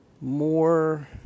more